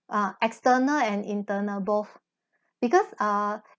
ah external and internal both because uh